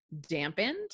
dampened